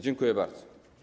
Dziękuję bardzo.